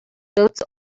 goats